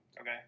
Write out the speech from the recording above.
Okay